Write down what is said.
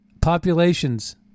populations